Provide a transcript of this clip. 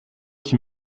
qui